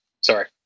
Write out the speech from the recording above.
Sorry